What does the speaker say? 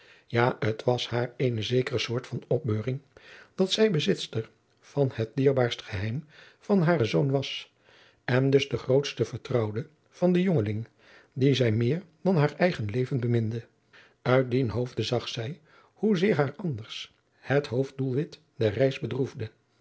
ja het was haar eene zekere soort van opbeuring dat zij bezitster van het dierbaarst geheim van haren zoon was en dus de grootste vertrouwde van den jongeling dien zij meer dan haar eigen leven beminde uit dien hoofde zag zij hoe zeer haar anders het hoofddoelwit der reis bedroefde